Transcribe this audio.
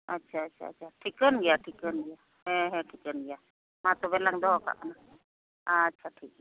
ᱟᱪᱪᱷᱟ ᱟᱪᱪᱷᱟ ᱟᱪᱪᱷᱟ ᱴᱷᱤᱠᱟᱹᱱ ᱜᱮᱭᱟ ᱴᱷᱤᱠᱟᱹᱱ ᱜᱮᱭᱟ ᱦᱮᱸ ᱦᱮᱸ ᱴᱷᱤᱠᱟᱹᱱ ᱜᱮᱭᱟ ᱢᱟ ᱛᱚᱵᱮ ᱞᱟᱝ ᱫᱚᱦᱚ ᱠᱟᱜ ᱠᱟᱱᱟ ᱟᱪᱪᱷᱟ ᱴᱷᱤᱠᱜᱮᱭᱟ